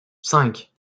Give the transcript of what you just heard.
cinq